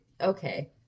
okay